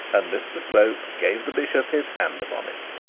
and mr slope gave the bishop his hand upon it.